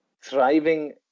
thriving